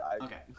Okay